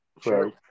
Sure